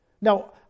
Now